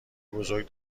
بزرگ